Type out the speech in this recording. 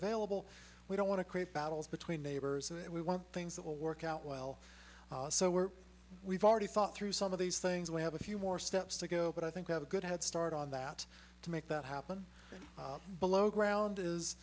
available we don't want to create battles between neighbors and we want things that will work out well so we're we've already thought through some of these things we have a few more steps to go but i think i have a good head start on that to make that happen below ground is